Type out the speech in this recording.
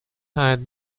hide